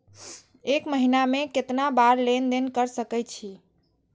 एक महीना में केतना बार लेन देन कर सके छी?